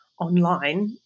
online